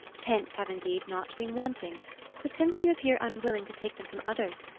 hints have indeed not been wanting but since you appear unwilling to take them from others,